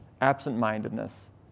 absent-mindedness